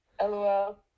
LOL